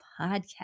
podcast